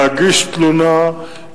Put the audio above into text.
להגיש תלונה,